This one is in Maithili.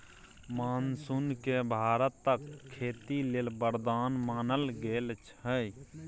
मानसून केँ भारतक खेती लेल बरदान मानल गेल छै